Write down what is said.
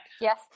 Yes